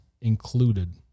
included